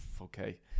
Okay